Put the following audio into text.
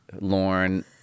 Lauren